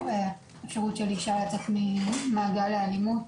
אפשרות של אישה לצאת ממעגל האלימות